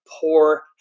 poor